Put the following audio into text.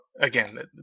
again